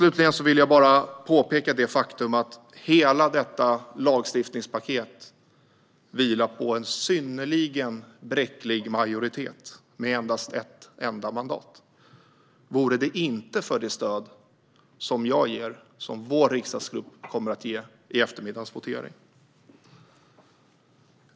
Slutligen vill jag påpeka det faktum att hela detta lagstiftningspaket vilar på en synnerligen bräcklig majoritet med endast ett enda mandat, om det inte vore för det stöd som jag och vår riksdagsgrupp kommer att ge i eftermiddagens votering.